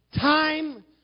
time